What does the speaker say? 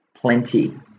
Plenty